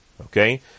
Okay